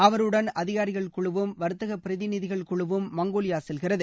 அவருடன் அதிகாரிகள் குழுவும் வர்த்தக பிரதிநிதிகள் குழுவும் மங்கோலியா செல்கிறது